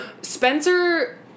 Spencer